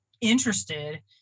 interested